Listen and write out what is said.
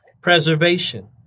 preservation